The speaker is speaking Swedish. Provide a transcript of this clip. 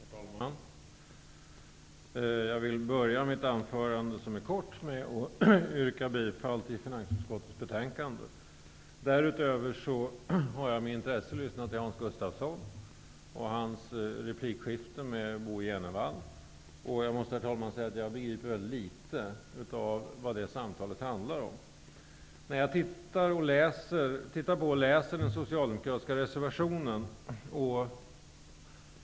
Herr talman! Jag vill börja mitt anförande, som är kort, med att yrka bifall till hemställan i finansutskottets betänkande. Därutöver har jag med intresse lyssnat på Hans Gustafsson och hans replikskifte med Bo Jenevall. Jag måste säga att jag inte har begripit mycket av vad det samtalet handlade om. Jag har läst den socialdemokratiska reservationen.